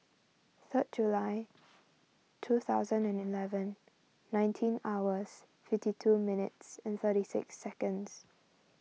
third July two thousand and eleven nineteen hours fifty two minutes and thirty six seconds